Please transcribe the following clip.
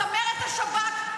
צמרת השב"כ,